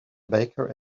baker